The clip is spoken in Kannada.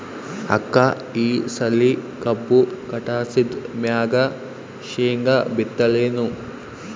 ಅಕ್ಕ ಈ ಸಲಿ ಕಬ್ಬು ಕಟಾಸಿದ್ ಮ್ಯಾಗ, ಶೇಂಗಾ ಬಿತ್ತಲೇನು?